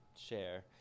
Share